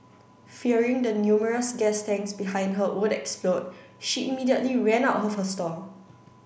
fearing the numerous gas tanks behind her would explode she immediately ran out of her stall